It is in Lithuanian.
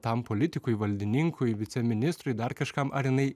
tam politikui valdininkui viceministrui dar kažkam ar jinai